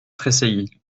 tressaillit